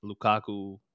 Lukaku